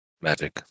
magic